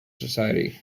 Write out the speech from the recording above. society